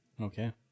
Okay